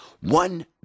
one